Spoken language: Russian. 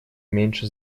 меньше